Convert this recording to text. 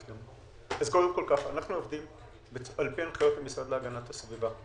אנחנו עובדים על פי ההנחיות של המשרד להגנת הסביבה,